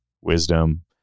wisdom